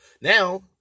Now